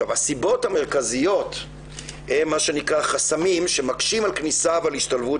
הסיבות המרכזיות הן חסמים שמקשים על כניסה ועל השתלבות